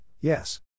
yes